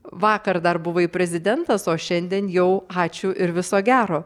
vakar dar buvai prezidentas o šiandien jau ačiū ir viso gero